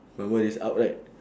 my one is out right